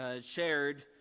shared